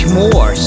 more